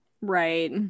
Right